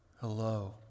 Hello